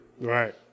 Right